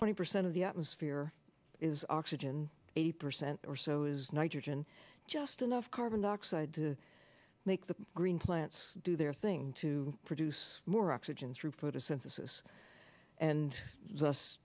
twenty percent of the atmosphere is oxygen eighty percent or so is nitrogen just enough carbon dioxide to make the green plants do their thing to produce more oxygen through photosynthesis and